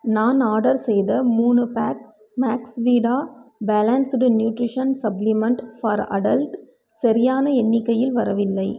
நான் ஆர்டர் செய்த மூணு pack Maxveda balanced nutrition supplement for adult சரியான எண்ணிக்கையில் வரவில்லை